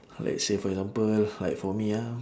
let's say for example like for me ah